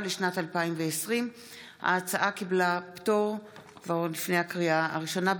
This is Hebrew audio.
לשנת 2020). ההצעה קיבלה פטור לפני הקריאה הראשונה,